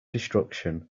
destruction